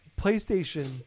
PlayStation